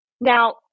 Now